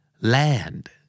Land